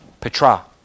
Petra